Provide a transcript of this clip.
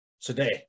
today